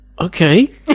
Okay